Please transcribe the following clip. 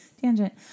tangent